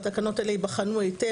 והתקנות האלה ייבחנו היטב,